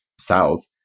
south